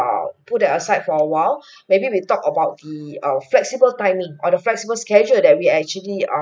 err put it aside for awhile maybe we talk about the err flexible timing or the flexible schedule that we actually are